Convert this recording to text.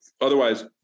Otherwise